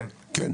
כן.